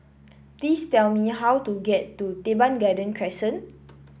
please tell me how to get to Teban Garden Crescent